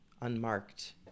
unmarked